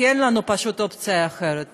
כי פשוט אין לנו אופציה אחרת פה.